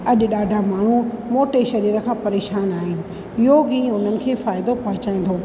अॼु ॾाढा माण्हू मोटे शरीर खां परेशान आहिनि योगु ई उन्हनि खे फ़ाइदो पहुचाए थो